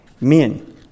men